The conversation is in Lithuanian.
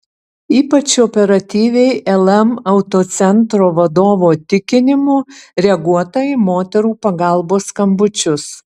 ypač operatyviai lm autocentro vadovo tikinimu reaguota į moterų pagalbos skambučius